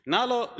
Nalo